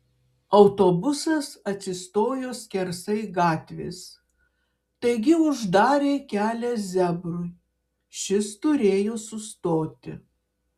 autobusas atsistojo skersai gatvės taigi uždarė kelią zebrui šis turėjo sustoti